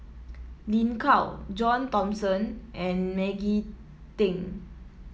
Lin Gao John Thomson and Maggie Teng